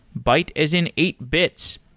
byte as in eight bits.